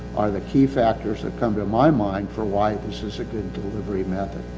are the key factors that come to my mind for why this is a good delivery method.